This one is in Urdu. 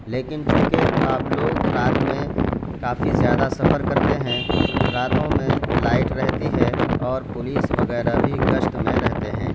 لیکن چونکہ اب لوگ رات میں کافی زیادہ سفر کرتے ہیں راتوں میں لائٹ رہتی ہے اور پولیس وغیرہ بھی گشت میں رہتے ہیں